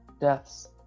deaths